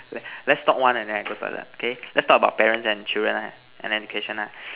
let let's talk one and then I go toilet K let's talk about parents and children ah and education ah